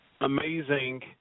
amazing